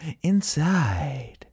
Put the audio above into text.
inside